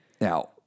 Now